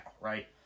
right